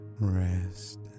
Rest